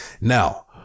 Now